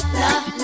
love